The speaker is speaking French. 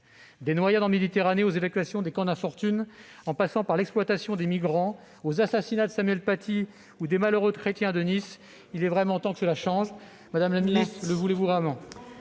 Des noyades en Méditerranée aux évacuations des camps d'infortune, en passant par l'exploitation des migrants et l'assassinat de Samuel Paty ou des malheureux chrétiens de Nice, il est vraiment temps que cela change. Madame la ministre, le voulez-vous vraiment ?